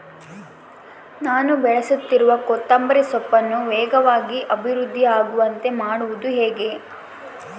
ನಾನು ಬೆಳೆಸುತ್ತಿರುವ ಕೊತ್ತಂಬರಿ ಸೊಪ್ಪನ್ನು ವೇಗವಾಗಿ ಅಭಿವೃದ್ಧಿ ಆಗುವಂತೆ ಮಾಡುವುದು ಹೇಗೆ?